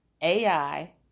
AI